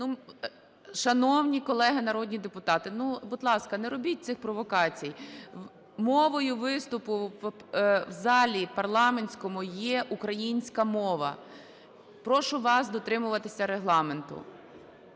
Шановні колеги народні депутати! Ну будь ласка, не робіть цих провокацій. Мовою виступу у залі парламентському є українська мова. Прошу вас дотримуватися Регламенту.